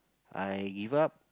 I give up